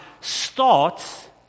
starts